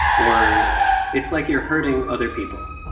or it's like you're hurting other people,